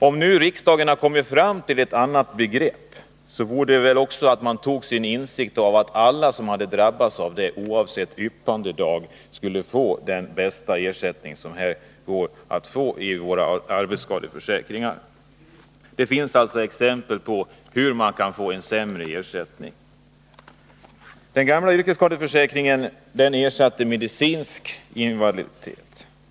Om nu riksdagen har kommit fram till ett annat sjukdomsbegrepp, borde väl den insikten leda till att alla som drabbas av sjukdom, oavsett yppandedag, skall få den bästa ersättning som går att få. Det finns exempel på hur man kan få en sämre ersättning. Den gamla yrkesskadeförsäkringen ersatte medicinsk invaliditet.